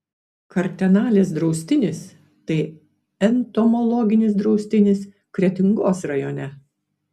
kartenalės draustinis tai entomologinis draustinis kretingos rajone